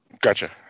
Gotcha